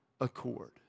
accord